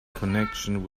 connection